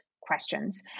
questions